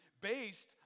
based